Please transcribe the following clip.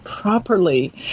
properly